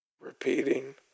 Repeating